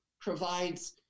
provides